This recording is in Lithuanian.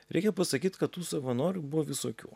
reikia pasakyt kad tų savanorių buvo visokių